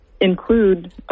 include